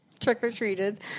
Trick-or-treated